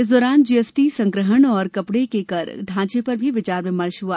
इस दौरान जीएसटी संग्रहण और कपड़े के कर ढांचे पर भी विचार विमर्श हुआ